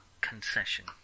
concession